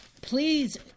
please